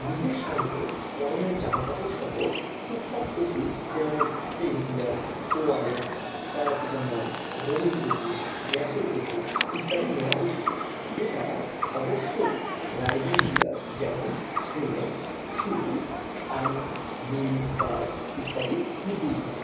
নিজের সঙ্গে পরনের জামা কাপড়সহ টুকটাক ওষুধ যেমন পেনকিলার ওআরএস প্যারাসিটামল বমির ওষুধ গ্যাসের ওষুধ ইত্যাদি নেওয়া উচিৎ এছাড়া অবশ্যই রাইডিং গিয়ার্স যেমন হেলমেট শ্যু আন নিকার ইত্যাদি নিতেই হবে